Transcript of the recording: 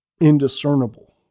indiscernible